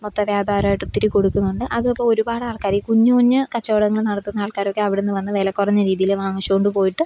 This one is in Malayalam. മൊത്തവ്യാപാരമായിട്ടൊത്തിരി കൊടുക്കുന്നുണ്ട് അതിപ്പോൾ ഒരുപാടാൾക്കാർ ഈ കുഞ്ഞുകുഞ്ഞു കച്ചവടങ്ങൾ നടത്തുന്ന ആൾക്കാരൊക്കെ അവിടുന്ന് വന്ന് വില കുറഞ്ഞ രീതിയിൽ വാങ്ങിച്ചുകൊണ്ട് പോയിട്ട്